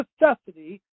necessity